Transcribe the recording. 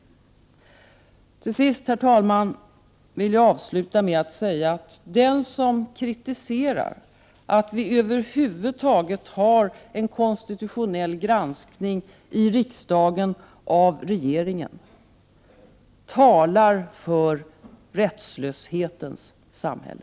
Herr talman! Jag vill avsluta med att säga att den som kritiserar att vi över huvud taget har en konstitutionell granskning i riksdagen av regeringen talar för rättslöshetens samhälle.